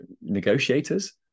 negotiators